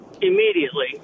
immediately